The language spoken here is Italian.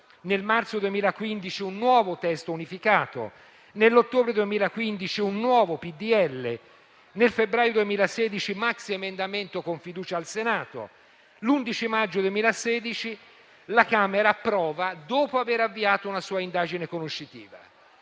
nel marzo 2015 un nuovo testo unificato, nell'ottobre 2015 un nuovo disegno di legge, nel febbraio 2016 un maxiemendamento con fiducia al Senato, l'11 maggio 2016 la Camera lo approva, dopo aver avviato una sua indagine conoscitiva.